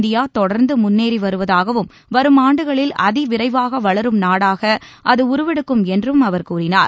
India தொடர்ந்து முன்னேறி வருவதாகவும் வரும் ஆண்டுகளில் அதிவிரைவாக வளரும் நாடாக அது உருவெடுக்கும் என்றும் அவர் கூறினார்